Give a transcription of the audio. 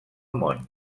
món